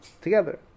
together